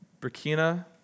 Burkina